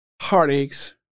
heartaches